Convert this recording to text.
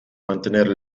mantenere